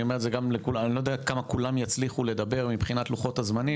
אני לא יודע כמה כולם יצליחו לדבר מבחינת לוחות הזמנים,